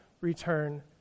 return